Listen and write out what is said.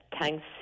thanks